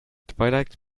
twilight